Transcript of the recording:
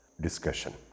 Discussion